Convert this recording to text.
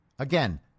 Again